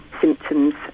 symptoms